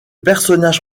personnage